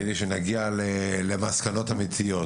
כדי שנגיע למסקנות אמיתיות,